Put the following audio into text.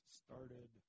started